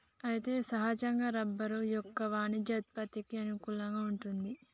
అయితే సహజ రబ్బరు యొక్క వాణిజ్య ఉత్పత్తికి అనుకూలంగా వుంటుంది